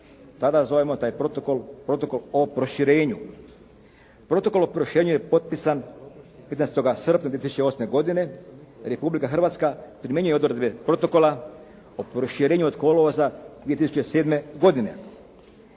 tada zovemo taj protokol Protokol o proširenju. Protokol o proširenju je potpisan 15. srpnja 2008. godine, Republika Hrvatske primjenjuje odredbe protokola o proširenju od kolovoza 2007. godine.